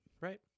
Right